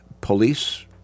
Police